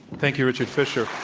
thank you, richard fisher.